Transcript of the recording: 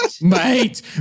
Mate